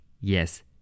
yes